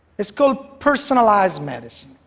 it's called personalized medicine.